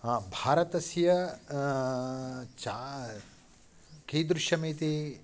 भारतस्य च कीदृशम् इति